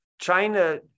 China